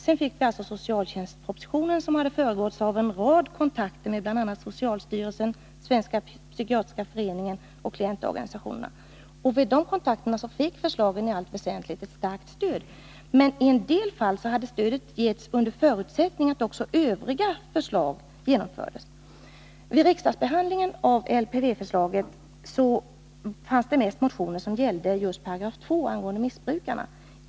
Sedan fick vi alltså socialtjänstpropositionen, som hade föregåtts av en rad kontakter med bl.a. socialstyrelsen, Svenska psykiatriska föreningen och klientorganisationerna. Vid de kontakterna fick förslagen i allt väsentligt ett starkt stöd. Men i en del fall hade stödet getts under förutsättning att också övriga förslag genomfördes. Vid remissbehandlingen av LPV-förslaget förelåg mest motioner som gällde 2 § angående missbrukarna.